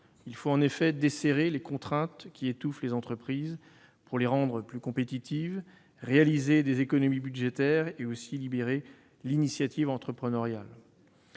Il faut en effet desserrer les contraintes qui étouffent les entreprises pour rendre celles-ci plus compétitives, réaliser des économies budgétaires et libérer l'initiative entrepreneuriale.